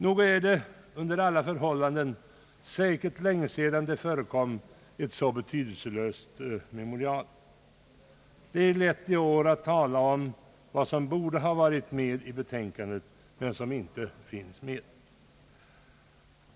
Nog är det under alla förhållanden säkert länge sedan det förekom ett så betydelselöst memorial. Det är i år lätt att tala om vad som borde varit med i memorialet, men som inte finns med.